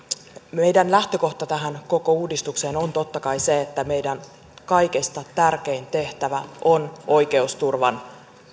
meidän lähtökohtamme tähän koko uudistukseen on totta kai se että meidän kaikista tärkein tehtävämme on oikeusturvan